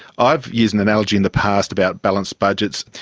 i've used an analogy in the past about balanced budgets,